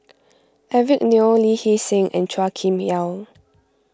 Eric Neo Lee Hee Seng and Chua Kim Yeow